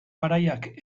garaiak